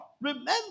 Remember